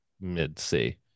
mid-C